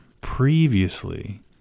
previously